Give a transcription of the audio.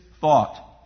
thought